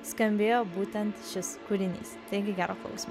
skambėjo būtent šis kūrinys taigi gero klausimo